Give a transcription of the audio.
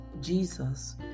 Jesus